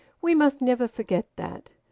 we must never forget that!